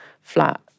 flat